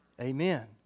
Amen